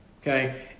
Okay